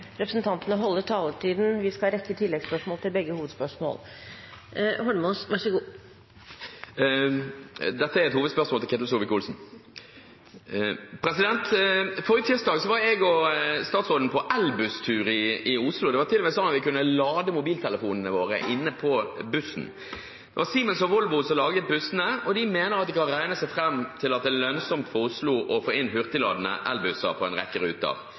statsråden på elbusstur i Oslo, og det var til og med sånn at vi kunne lade mobiltelefonene våre inne på bussen. Det var Siemens og Volvo som hadde laget bussene, og de mener at de kan regne seg fram til at det er lønnsomt for Oslo å få inn hurtigladende elbusser på en rekke ruter.